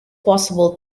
possible